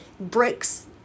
Bricks